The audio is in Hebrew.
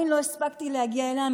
ועדיין לא הספקתי להגיע אליה,